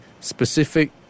specific